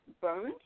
burned